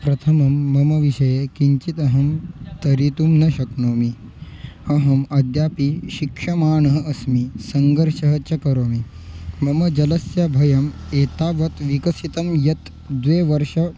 प्रथमं मम विषये किञ्चित् अहं तरितुं न शक्नोमि अहम् अद्यापि शिक्षमाणः अस्मि सङ्घर्षः च करोमि मम जलस्य भयम् एतावत् विकसितं यत् द्वे वर्षे